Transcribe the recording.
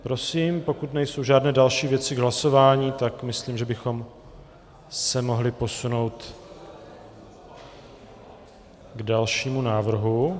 Prosím, pokud nejsou žádné další věci k hlasování, tak myslím, že bychom se mohli posunout k dalšímu návrhu.